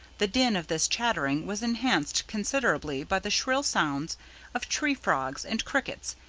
the din of this chattering was enhanced considerably by the shrill sounds of tree-frogs and crickets,